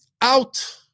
out